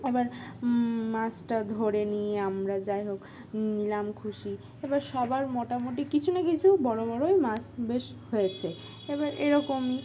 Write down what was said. এবার মাছটা ধরে নিয়ে আমরা যাই হোক নিলাম খুশি এবার সবার মোটামুটি কিছু না কিছু বড়ো বড়োই মাছ বেশ হয়েছে এবার এরকমই